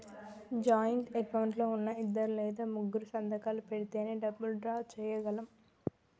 joint account లో ఉన్నా ఇద్దరు లేదా ముగ్గురూ సంతకాలు పెడితేనే డబ్బులు డ్రా చేయగలం